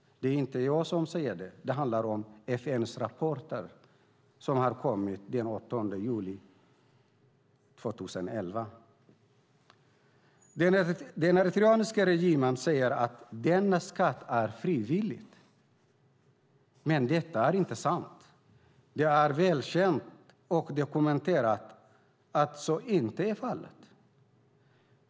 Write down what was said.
Det är inte jag som säger det. Det står i FN:s rapport som kom i juli 2011. Den eritreanska regimen säger att denna skatt är frivillig, men det är inte sant. Det är välkänt och dokumenterat att så inte är fallet.